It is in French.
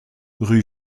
rue